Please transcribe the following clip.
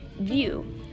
view